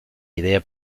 idea